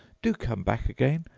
do come back again,